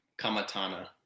Kamatana